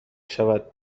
شود